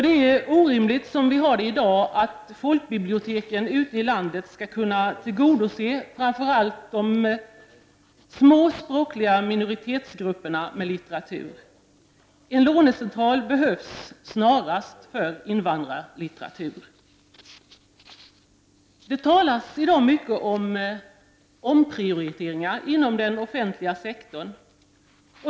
Det är orimligt, som vi har det i dag, att folkbiblioteken ute i landet skall kunna tillgodose framför allt de små språkliga minoritetsgrupperna med litteratur. En lånecentral behövs snarast för invandrarlitteraturen! Det talas i dag mycket om omprioriteringar inom den offentliga sektorn.